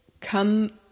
come